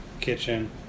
kitchen